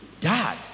Dad